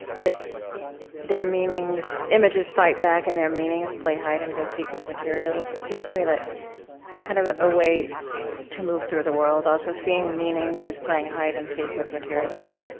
that there are meanings images fight back, and their meanings play hide-and-go-seek with materials. it seems to me that it's kind of a way to move through the world, also seeing meaning that is playing hide-and-seek with materials.